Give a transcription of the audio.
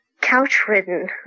couch-ridden